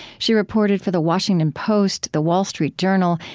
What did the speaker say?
she reported for the washington post, the wall street journal,